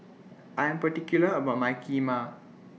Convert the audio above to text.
I Am particular about My Kheema